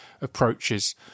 approaches